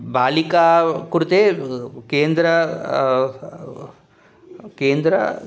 बालिका कृते केन्द्र केन्द्र